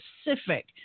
specific